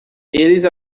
eles